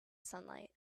sunlight